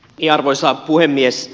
arvoisa puhemies